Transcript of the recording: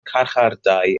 carchardai